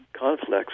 conflicts